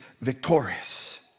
victorious